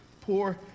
poor